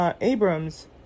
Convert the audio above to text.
abrams